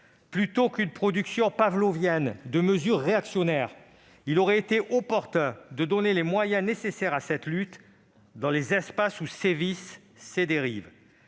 Plutôt qu'une production pavlovienne de mesures réactionnaires, il aurait été opportun d'octroyer les moyens nécessaires à cette lutte, là où sévissent ces dérives.